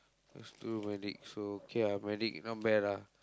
used to do medic so okay lah medic not bad lah